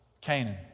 Canaan